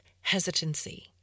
hesitancy